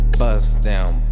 bust-down